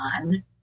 on